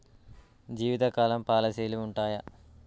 జీవితకాలం పాలసీలు ఉంటయా?